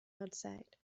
outside